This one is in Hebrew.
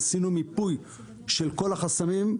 עשינו מיפוי של כל החסמים.